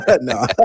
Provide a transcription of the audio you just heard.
no